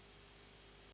Hvala,